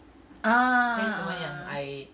ah